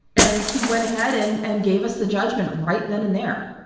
and he went ahead and and gave us the judgment right then and there.